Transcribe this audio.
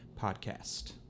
Podcast